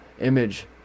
Image